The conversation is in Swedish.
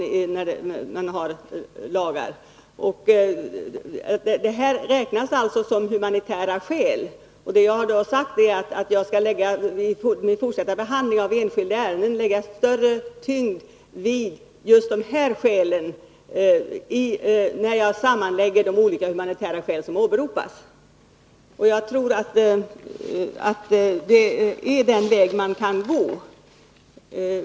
De skäl som det nu är fråga om räknas alltså som humanitära skäl. Jag har sagt att jag vid min fortsatta behandling av enskilda ärenden skall lägga större vikt vid just dessa skäl när jag sammanväger de olika humanitära skäl som åberopas. Jag tror att det är den väg man kan gå.